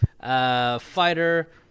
fighter